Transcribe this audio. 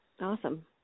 Awesome